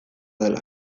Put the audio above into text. dela